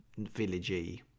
villagey